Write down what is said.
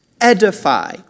Edify